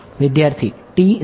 વિદ્યાર્થી T 0